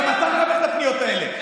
גם אתה מקבל את הפניות האלה.